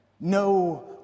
no